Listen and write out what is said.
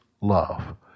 love